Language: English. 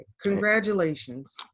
Congratulations